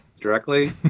directly